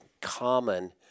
common